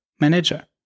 manager